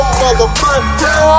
motherfucker